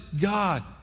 God